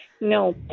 No